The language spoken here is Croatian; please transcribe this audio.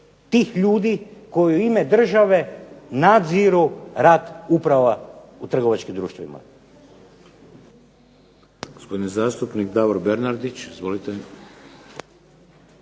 tih ljudi koji u ime države nadziru rad uprava u trgovačkim društvima.